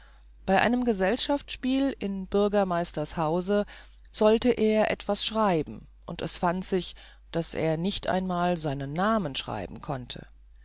bei einem gesellschaftsspiel in bürgermeisters hause sollte er etwas schreiben und es fand sich daß er nicht einmal seinen namen schreiben konnte